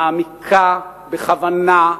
מעמיקה בכוונה,